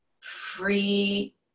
free